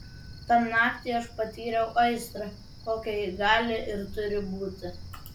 tą naktį aš patyriau aistrą kokia ji gali ir turi būti